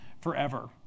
forever